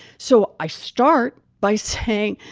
so i start by saying,